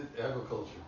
agriculture